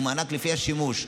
הוא מענק לפי השימוש.